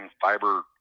fiber